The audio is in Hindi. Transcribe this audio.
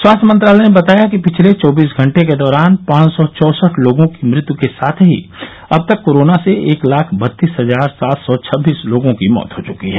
स्वास्थ्य मंत्रालय ने बताया कि पिछले चौबीस घंटे के दौरान पांच सौ चौसठ लोगों की मृत्यू के साथ ही अब तक कोरोना से एक लाख बत्तीस हजार सात सौ छब्बीस लोगों की मौत हो चुकी है